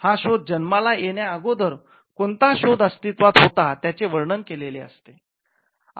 हा शोध जन्माला येण्या आगोदर कोणता शोध अस्तित्वात होता त्याचे वर्णन केलेले असते